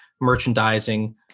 merchandising